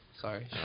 Sorry